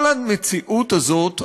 כל המציאות הזאת,